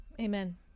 amen